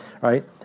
right